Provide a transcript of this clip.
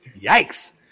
Yikes